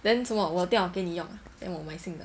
then 什么我电脑给你用 ah then 我买新的